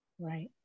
Right